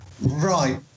Right